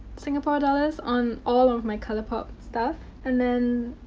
singapore dollars on all of my colourpop stuff. and then,